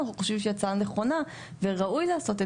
אנחנו חושבים שהיא הצעה נכונה וראוי לעשות את